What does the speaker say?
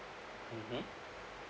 mmhmm